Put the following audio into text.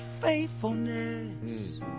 faithfulness